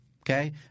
Okay